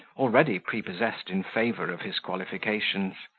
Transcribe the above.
already prepossessed in favour of his qualifications.